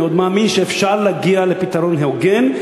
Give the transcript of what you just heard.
אני עוד מאמין שאפשר להגיע לפתרון הוגן.